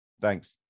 Thanks